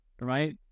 right